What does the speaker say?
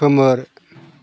खोमोर